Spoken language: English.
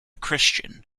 christian